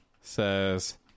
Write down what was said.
says